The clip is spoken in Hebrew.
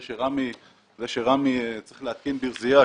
זה שרמי צריך להתקין ברזייה,